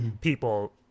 people